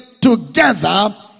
together